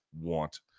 want